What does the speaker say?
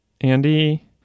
Andy